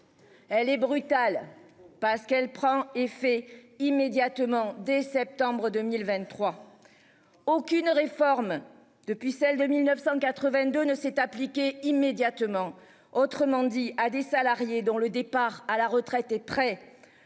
Elle est brutale parce qu'elle prend effet immédiatement, dès septembre 2023. Aucune réforme depuis celle de 1982 ne s'est appliqué immédiatement. Autrement dit, à des salariés dont le départ à la retraite et prêt.